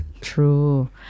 True